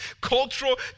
cultural